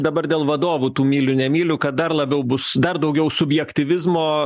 dabar dėl vadovų tų myliu nemyliu kad dar labiau bus dar daugiau subjektyvizmo